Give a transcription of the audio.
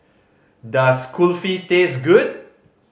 does Kulfi taste good